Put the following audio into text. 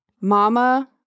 Mama